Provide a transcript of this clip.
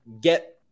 get